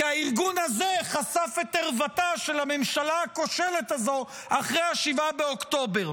כי הארגון הזה חשף את ערוותה של הממשלה הכושלת הזו אחרי 7 באוקטובר.